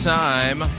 time